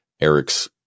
eric's